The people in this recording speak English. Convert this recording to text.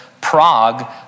Prague